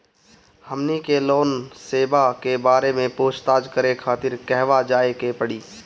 हमनी के लोन सेबा के बारे में पूछताछ करे खातिर कहवा जाए के पड़ी?